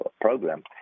program